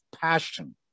passion